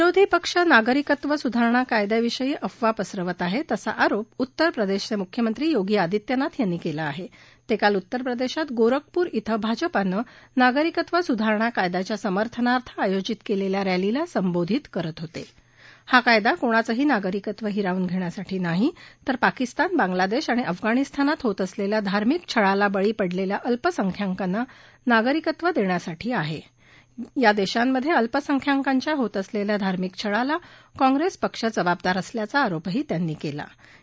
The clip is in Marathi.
विरोधी पक्ष नागरिकत्व सुधारणा कायद्याविषयी अफवा पसरवत आहव्तअसा आरोप उत्तर प्रदर्धीवविक्ख्यमंत्री योगी आदित्यनाथ यांनी क्ला आह जेळिाल उत्तर प्रदर्शत गोरखपूर इथं भाजपानं नागरिकत्व सुधारणा कायद्याच्या समर्थनार्थ आयोजित क्लिल्बा रॅलीला संबोधित करत होत हा कायदा कोणाचंही नागरिकत्व हिरावून घखिसाठी नाही तर पाकिस्तान बांग्लाद आणि अफगाणिस्तानात होत असलखिा धार्मिक छळाला बळी पडलखा अल्पसंख्यकांना नागरिकत्व दखासाठी आह आ दर्शमध्य अिल्पसंख्यकांच्या होत असलखा धार्मिक छळाला काँग्रस्तीपक्ष जबाबदार असल्याचा आरोपही त्यांनी कल्नी